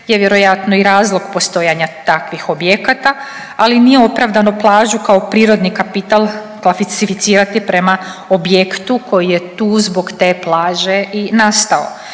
je vjerojatno i razlog postojanja takvih objekata, ali i nije opravdano plažu kao prirodni kapital klasificirati prema objektu koji je tu zbog te plaže i nastao.